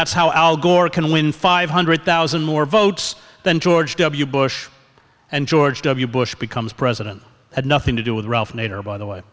that's how al gore can win five hundred thousand more votes than george w bush and george w bush becomes president had nothing to do with ralph nader by the way